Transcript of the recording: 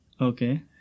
Okay